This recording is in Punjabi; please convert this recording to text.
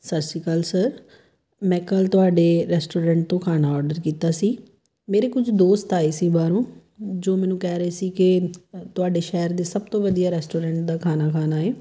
ਸਤਿ ਸ਼੍ਰੀ ਅਕਾਲ ਸਰ ਮੈਂ ਕੱਲ੍ਹ ਤੁਹਾਡੇ ਰੈਸਟੋਰੈਂਟ ਤੋਂ ਖਾਣਾ ਔਡਰ ਕੀਤਾ ਸੀ ਮੇਰੇ ਕੁਝ ਦੋਸਤ ਆਏ ਸੀ ਬਾਹਰੋਂ ਜੋ ਮੈਨੂੰ ਕਹਿ ਰਹੇ ਸੀ ਕਿ ਤੁਹਾਡੇ ਸ਼ਹਿਰ ਦੇ ਸਭ ਤੋਂ ਵਧੀਆ ਰੈਸਟੋਰੈਂਟ ਦਾ ਖਾਣਾ ਖਾਣਾ ਹੈ